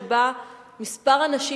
שבה מספר הנשים